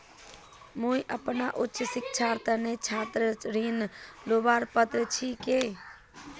मुई अपना उच्च शिक्षार तने छात्र ऋण लुबार पत्र छि कि?